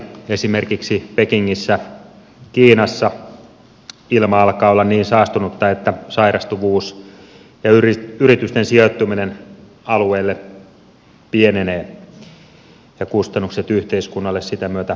esimerkiksi pekingissä kiinassa ilma alkaa olla niin saastunutta että sairastuvuuden takia yritysten sijoittuminen alueelle pienenee ja kustannukset yhteiskunnalle sitä myötä kasvavat